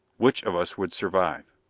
which of us would survive?